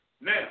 now